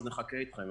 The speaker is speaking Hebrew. אז נחכה איתכם".